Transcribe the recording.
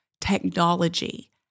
technology